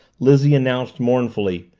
lizzie announced mournfully.